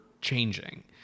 changing